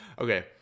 Okay